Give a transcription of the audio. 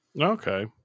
Okay